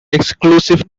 exclusive